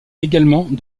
également